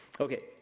Okay